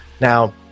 Now